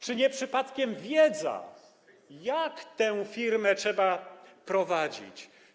Czy nie przypadkiem wiedza, jak tę firmę trzeba prowadzić?